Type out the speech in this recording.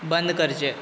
बंद करचें